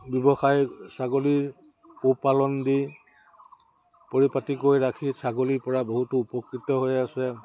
ব্যৱসায় ছাগলীৰ পোহপালন দি পৰিপাতি কৈ ৰাখি ছাগলীৰপৰা বহুতো উপকৃত হৈ আছে